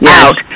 out